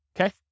okay